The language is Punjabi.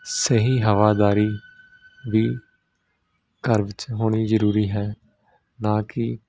ਸਹੀ ਹਵਾਦਾਰੀ ਵੀ ਘਰ ਵਿੱਚ ਹੋਣੀ ਜ਼ਰੂਰੀ ਹੈ ਨਾ ਕਿ